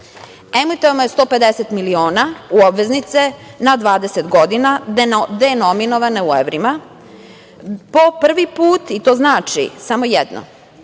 je 150 miliona o obveznice na 20 godina denominovane u evrima po prvi put. To znači samo jedno,